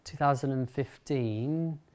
2015